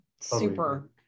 Super